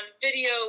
video